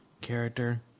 character